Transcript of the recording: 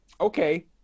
okay